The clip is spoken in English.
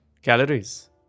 Calories